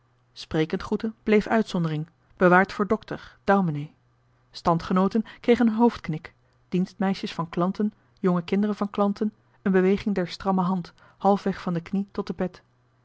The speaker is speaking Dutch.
sprekend groeten bleef uitzondering bewaard voor dokter daumenee standgenooten kregen een hoofdknik dienstmeisjes van klanten jonge kinjohan de meester de zonde in het deftige dorp deren van klanten een beweging der stramme hand halfweg van de knie tot de pet